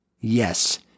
yes